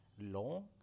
long